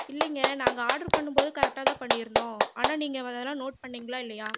இல்லைங்க நாங்கள் ஆர்டர் பண்ணும் போது கரெக்டாக தான் பண்ணியிருந்தோம் ஆனால் நீங்கள் அதெலாம் நோட் பண்ணிங்களா இல்லையா